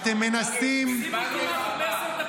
אתם מנסים ------ שים אולטימטום לבן גביר,